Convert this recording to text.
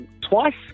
twice